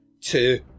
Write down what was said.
two